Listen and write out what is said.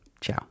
Ciao